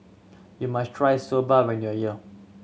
you must try Soba when you are here